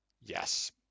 Yes